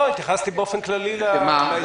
התייחסתי באופן כללי להסתייגויות.